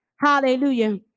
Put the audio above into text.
Hallelujah